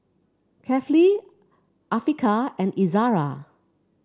Kefli Afiqah and Izara